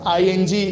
ing